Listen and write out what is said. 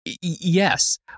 yes